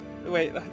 Wait